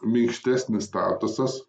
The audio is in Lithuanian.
minkštesnis statusas